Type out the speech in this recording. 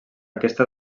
aquesta